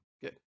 Good